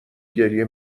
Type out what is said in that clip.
گریه